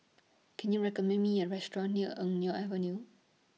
Can YOU recommend Me A Restaurant near Eng Neo Avenue